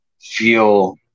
feel